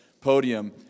podium